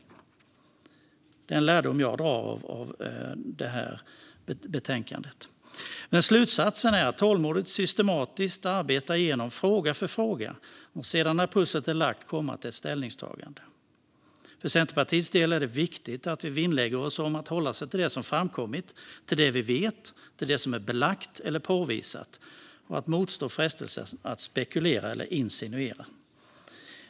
Det är en lärdom jag drar av det här betänkandet. Slutsatsen är att man ska tålmodigt och systematiskt arbeta igenom fråga för fråga och sedan, när pusslet är lagt, komma till ett ställningstagande. För Centerpartiets del är det viktigt att vi lägger oss vinn om att hålla oss till det som har framkommit, till det som vi vet och till det som är belagt eller påvisat och att motstå frestelsen att spekulera eller insinuera.